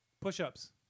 push-ups